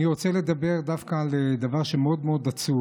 אני רוצה לדבר דווקא על דבר שהוא מאוד מאוד עצוב.